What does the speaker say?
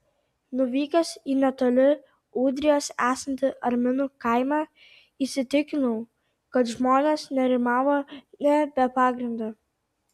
nuvykęs į netoli ūdrijos esantį arminų kaimą įsitikinau kad žmonės nerimavo ne be pagrindo